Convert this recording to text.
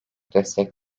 destek